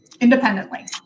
independently